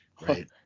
Right